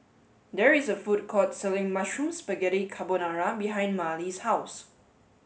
there is a food court selling Mushroom Spaghetti Carbonara behind Marley's house